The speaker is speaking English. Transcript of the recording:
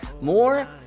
More